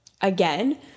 again